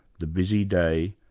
the busy day,